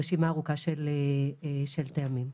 טעמים.